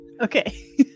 okay